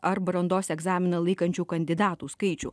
ar brandos egzaminą laikančių kandidatų skaičių